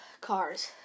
cars